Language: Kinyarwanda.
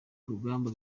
urugamba